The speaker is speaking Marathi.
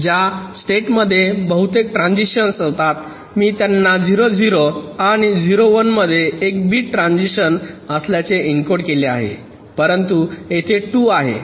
ज्या स्टेट मध्ये बहुतेक ट्रांझिशन्स होतात मी त्यांना 0 0 आणि 0 1 मध्ये एक बिट ट्रान्झिशन असल्याचे एन्कोड केले आहे परंतु येथे ते 2 आहे